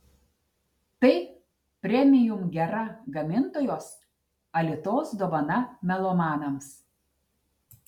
tai premium gera gamintojos alitos dovana melomanams